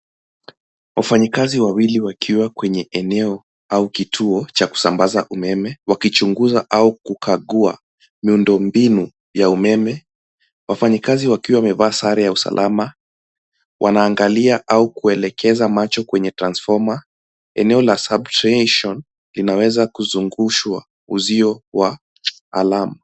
Wafanyikazi wawili wakiwa kwenye eneo au kituo cha kusambaza umeme, wakichunguza au kukagua miundo mbinu ya umeme. Wafanyikazi wakiwa wamevaa sare ya usalama, wanaangalia au kuelekeza macho kwenye transformer . Eneo la substation linaweza kuzungushwa uzio wa alama.